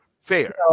Fair